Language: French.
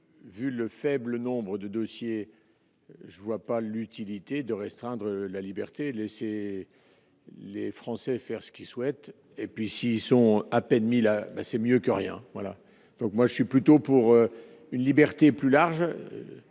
vu le faible nombre de dossiers, je ne vois pas l'utilité de restreindre la liberté laissée les Français faire ce qu'il souhaite et puis s'ils sont à peine mis là-bas, c'est mieux que rien, voilà donc moi je suis plutôt pour une liberté plus large,